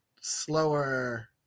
slower